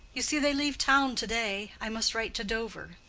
you see they leave town to-day. i must write to dover.